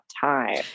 time